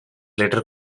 later